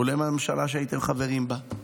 כולל הממשלה שהייתם חברים בה.